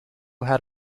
had